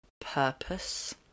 purpose